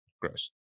gross